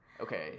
Okay